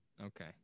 Okay